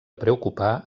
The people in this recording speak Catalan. preocupar